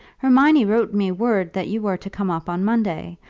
hermione wrote me word that you were to come up on monday.